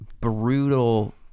brutal